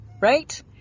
right